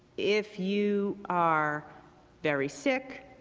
if you are very sick,